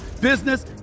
business